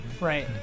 Right